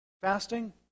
Fasting